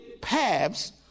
paths